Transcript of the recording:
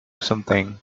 something